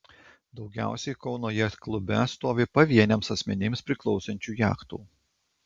daugiausiai kauno jachtklube stovi pavieniams asmenims priklausančių jachtų